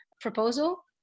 proposal